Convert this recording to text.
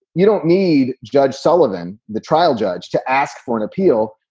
you don't need judge sullivan, the trial judge, to ask for an appeal,